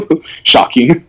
shocking